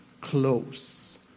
close